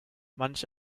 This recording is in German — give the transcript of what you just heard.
manch